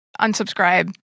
Unsubscribe